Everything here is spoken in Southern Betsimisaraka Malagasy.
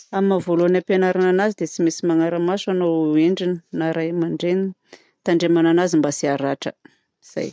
Amin'ny maha-voalohany hampianarana azy dia tsy maintsy manara-maso ianao endriny ray aman-dreniny hitandremana anazy mba tsy haratra. Zay!